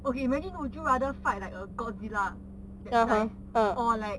okay imagine would you rather fight like a godzilla that size or like